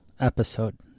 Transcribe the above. episode